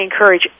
encourage